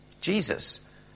Jesus